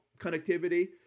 connectivity